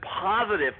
positive